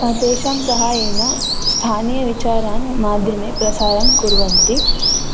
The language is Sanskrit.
तेषां सहायेन स्थानीयविचारान् माध्यमे प्रसारं कुर्वन्ति